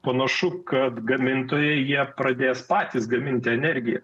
panašu kad gamintojai jie pradės patys gaminti energiją